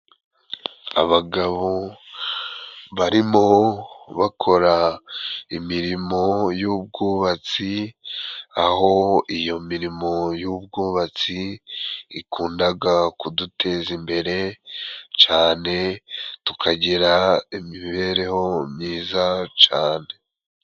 Abagabo barimo bakora imirimo y'ubwubatsi, aho iyo mirimo y'ubwubatsi ikundaga kuduteza imbere cane tukagira imibereho myiza cane.